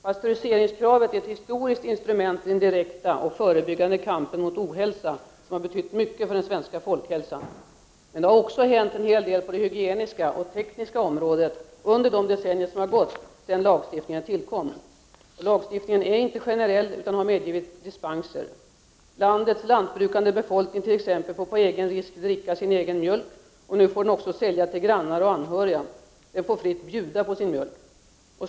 Pastöriseringskravet är ett historiskt instrument i den direkta och förebyggande kampen mot ohälsa som har betytt mycket för den svenska folkhälsan. Men det har också hänt en hel del på det hygieniska och tekniska området under de decennier som har gått sedan lagstiftningen tillkom. Lagstiftningen är inte generell utan dispenser har medgivits. Landets lantbrukande befolkning t.ex. får på egen risk dricka sin egen mjölk. Nu får mjölken också säljas till grannar och anhöriga. Lantbrukarna får fritt bjuda på sin mjölk.